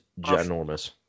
ginormous